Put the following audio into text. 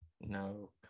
No